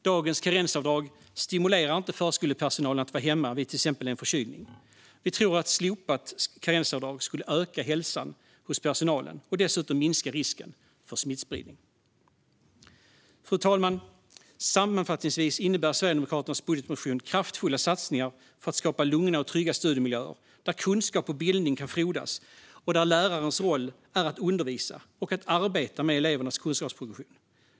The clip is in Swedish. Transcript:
Dagens karensavdrag stimulerar inte förskolepersonalen att vara hemma vid till exempel en förkylning. Vi tror att ett slopat karensavdrag skulle öka hälsan hos personalen och dessutom minska risken för smittspridning. Fru talman! Sammanfattningsvis innebär Sverigedemokraternas budgetmotion kraftfulla satsningar för att skapa lugna och trygga studiemiljöer, där kunskap och bildning kan frodas och där lärarens roll är att undervisa och arbeta med elevernas kunskapsprogression.